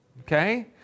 Okay